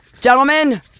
gentlemen